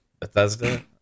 Bethesda